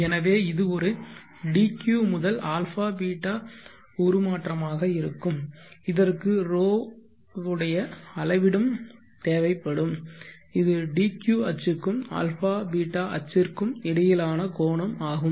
எனவே இது ஒரு dq முதல் αβ உருமாற்றமாக இருக்கும் இதற்கு ρ உடைய அளவிடும் தேவைப்படும் இது dq அச்சுக்கும் αβ அச்சிற்கும் இடையிலான கோணம் ஆகும்